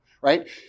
right